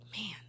man